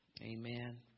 Amen